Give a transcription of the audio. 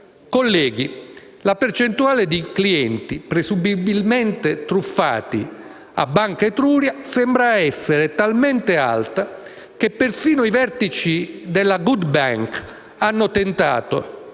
Colleghi, la percentuale di clienti presumibilmente truffati da Banca Etruria sembra essere talmente alta che persino i nuovi vertici della cosiddetta *good bank* hanno tentato